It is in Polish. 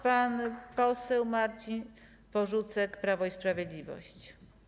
Pan poseł Marcin Porzucek, Prawo i Sprawiedliwość.